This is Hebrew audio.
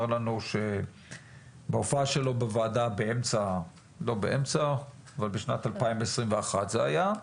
לנו שבהופעה שלו בוועדה בשנת 2021 זה היה,